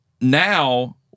now